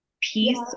peace